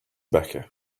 becca